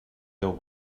déu